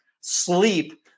sleep